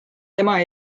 tema